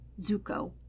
Zuko